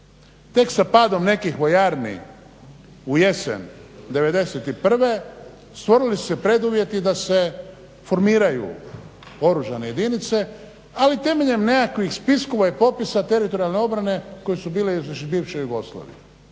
Tek sa padom nekih vojarni u jesen '91. stvorili su se preduvjeti da se formiraju oružane jedinice ali temeljem nekakvih spiskova i popisa teritorijalne obrane koji su bili još iz bivše Jugoslavije.